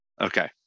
Okay